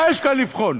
מה יש כאן לבחון?